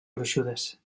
gruixudes